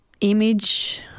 image